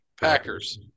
Packers